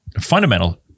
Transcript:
fundamental